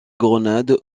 grenade